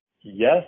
yes